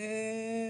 אוקיי.